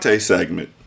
segment